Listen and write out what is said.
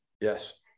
Yes